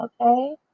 okay